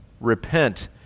Repent